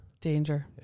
Danger